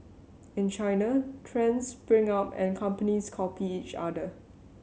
in China trends spring up and companies copy each other